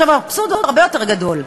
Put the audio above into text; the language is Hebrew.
האבסורד הוא הרבה יותר גדול,